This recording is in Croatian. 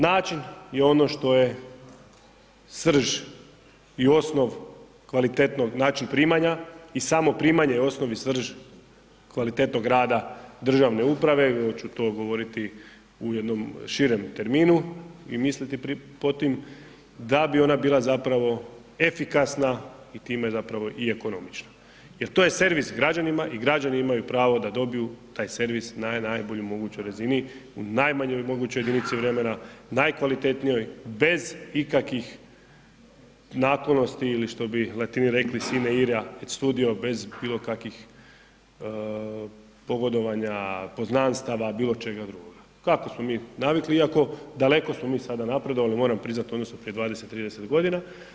Način je ono što je srž i osnov kvalitetnog, način primanja i samo primanje je osnov i srž kvalitetnog rada državne uprave, ja ću to govoriti u jednom širem terminu i misliti pod tim da bi ona bila zapravo efikasna i time ekonomična jer to je servis građanima i građani imaju pravo da dobiju taj servis na najboljoj mogućoj razini u najmanjoj mogućoj jedinici vremena, najkvalitetnijoj bez ikakvih naklonosti ili što bi Latini rekli sine ira et studio bez bilo kakvih pogodovanja, poznanstava, bilo čega drugoga, kako smo mi navikli iako daleko smo mi sada napredovali, moram priznati odnosno prije 20, 30 godina.